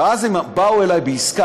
ואז הם באו אלי בעסקה,